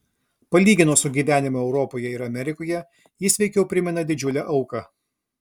palyginus su gyvenimu europoje ir amerikoje jis veikiau primena didžiulę auką